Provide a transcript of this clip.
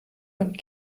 und